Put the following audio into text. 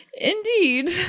Indeed